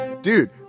Dude